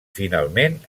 finalment